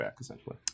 essentially